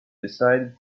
decided